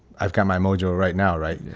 i've got my mojo right now. right? yeah